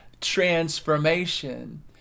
transformation